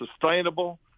sustainable